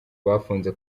bafunze